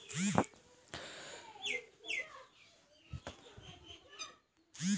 रेशमकीट पालन चार प्रकारेर हछेक शहतूत एरी मुगा आर तासार